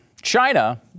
China